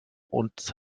und